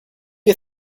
you